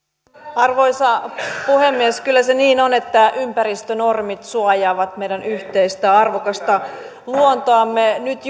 arvoisa puhemies kyllä se niin on että ympäristönormit suojaavat meidän yhteistä arvokasta luontoamme nyt